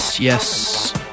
Yes